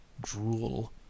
drool